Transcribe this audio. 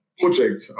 project